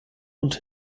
und